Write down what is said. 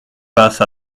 passe